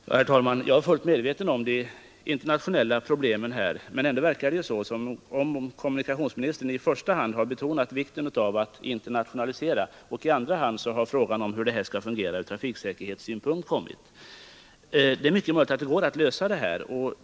Herr talman! Jag är fullt medveten om de internationella problem som här föreligger, men ändå verkar det som om kommunikationsministern i första hand har betonat vikten av att internationalisera. I andra hand har frågan om hur det skall fungera från trafiksäkerhetssynpunkt kommit. Det är mycket möjligt att det går att lösa detta problem.